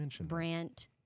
Brant